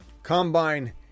combine